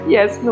Yes